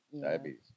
Diabetes